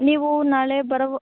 ನೀವು ನಾಳೆ ಬರಬೋ